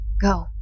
Go